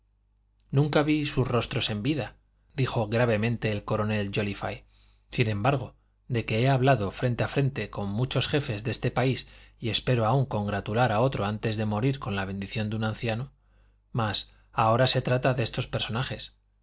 nunca vi sus rostros en vida dijo gravemente el coronel jóliffe sin embargo de que he hablado frente a frente con muchos jefes de este país y espero aun congratular a otro antes de morir con la bendición de un anciano mas ahora se trata de estos personajes